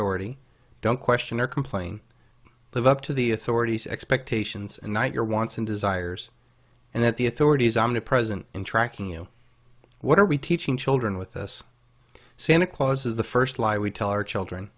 eddie don't question or complain live up to the authorities expectations and night your wants and desires and that the authorities omnipresent and tracking you what are we teaching children with this santa clause is the first lie we tell our children